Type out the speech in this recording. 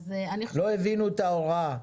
לא הבינו את ההוראה,